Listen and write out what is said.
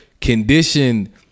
condition